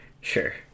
sure